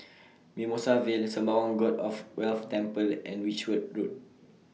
Mimosa Vale Sembawang God of Wealth Temple and Whitchurch Road